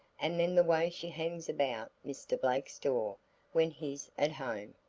and then the way she hangs about mr. blake's door when he's at home!